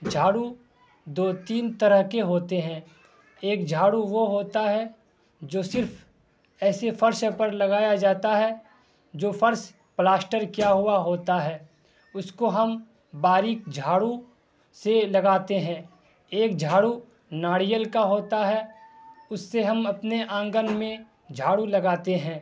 جھاڑو دو تین طرح کے ہوتے ہیں ایک جھاڑو وہ ہوتا ہے جو صرف ایسی فرش پر لگایا جاتا ہے جو فرش پلاسٹر کیا ہوا ہوتا ہے اس کو ہم باریک جھاڑو سے لگاتے ہیں ایک جھاڑو ناریل کا ہوتا ہے اس سے ہم اپنے آنگن میں جھاڑو لگاتے ہیں